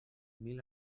mil